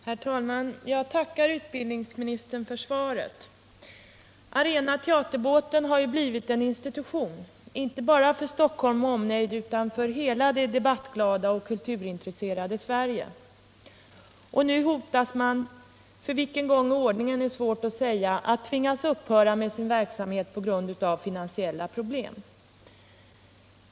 Herr talman! Jag tackar utbildningsministern för svaret. Arenateaterbåten har blivit en institution — inte bara för Stockholm med omnejd utan för hela det debattglada och kulturintresserade Sverige. Nu står den — för vilken gång i ordningen är svårt att säga — inför hotet att tvingas upphöra med sin verksamhet på grund av finansiella problem.